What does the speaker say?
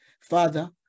Father